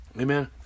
amen